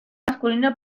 masculino